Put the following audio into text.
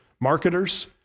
marketers